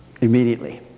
immediately